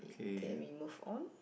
then we move on